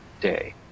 day